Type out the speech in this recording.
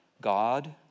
God